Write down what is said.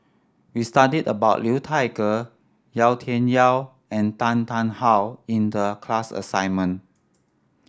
we studied about Liu Thai Ker Yau Tian Yau and Tan Tarn How in the class assignment